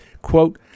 Quote